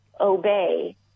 obey